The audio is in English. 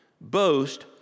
boast